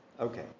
Okay